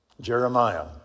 Jeremiah